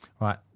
right